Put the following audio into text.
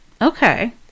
okay